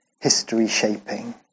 history-shaping